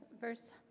verse